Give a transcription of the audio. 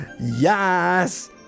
Yes